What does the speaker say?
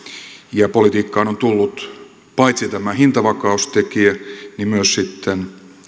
ja politiikkaan on tullut paitsi tämä hintavakaustekijä myös sitten